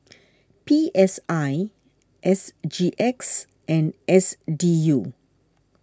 P S I S G X and S D U